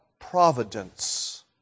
providence